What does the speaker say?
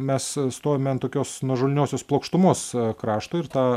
mes stovime ant tokios nuožulniosios plokštumos krašto ir tą